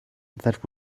that